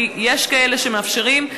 כי יש כאלה שמאפשרים,